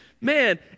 Man